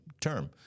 term